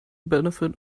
benefit